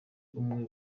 umwe